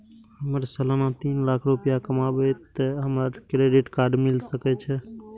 हमर सालाना तीन लाख रुपए कमाबे ते हमरा क्रेडिट कार्ड मिल सके छे?